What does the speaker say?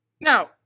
Now